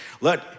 Let